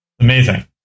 amazing